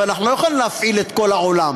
אבל אנחנו לא יכולים להפעיל את כל העולם.